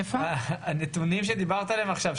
הנתונים שדיברת עליהם עכשיו,